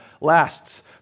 lasts